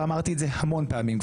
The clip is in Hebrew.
ואמרתי את זה המון פעמים,